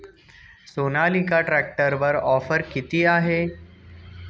सोनालिका ट्रॅक्टरवर ऑफर किती आहे?